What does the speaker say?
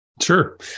Sure